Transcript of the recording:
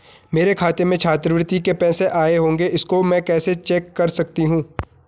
मेरे खाते में छात्रवृत्ति के पैसे आए होंगे इसको मैं कैसे चेक कर सकती हूँ?